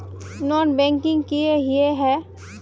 Non banking किए हिये है?